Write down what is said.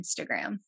Instagram